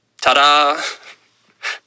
Ta-da